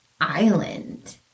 island